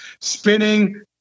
spinning